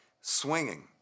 swinging